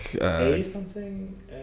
A-something